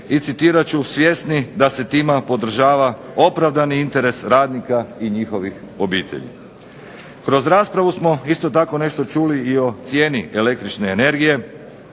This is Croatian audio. I citirat ću svjesni da se time podržava opravdani interes radnika i njihovih obitelji. Kroz raspravu smo isto tako nešto čuli i o cijeni električne energije,